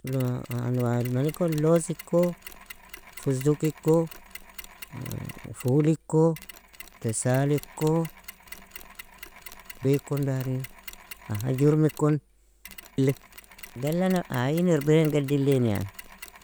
Anwaa almanikoon loziko, fuzdukiko, fuliko, tasaliko, wekon darin, aha jurmikon li da alana ayin irbren geddilin yani.